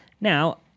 Now